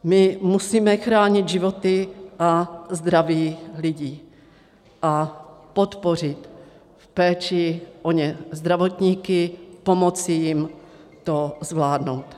My musíme chránit životy a zdraví lidí a podpořit v péči o ně zdravotníky, pomoci jim to zvládnout.